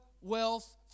wealth